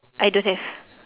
I don't have